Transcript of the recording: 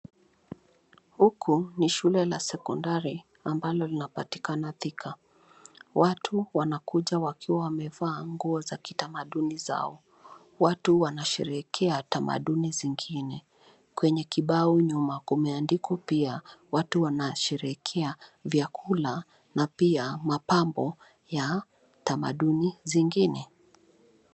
Huku ni shule la sekondari ambalo linapatikana Thika. Watu wanakuja wakiwa wamevaa nguo za kitamaduni zao. Watu wanasherikaa tamaduni zingine. Kwenye kibao nyuma kumeandikwa pia. Watu wanasherikea vyakula na pia mapambo ya tamaduni zingine.